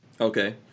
Okay